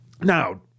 Now